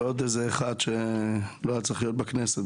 ועוד איזה אחד שלא היה צריך להיות בכנסת.